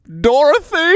dorothy